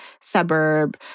suburb